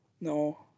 No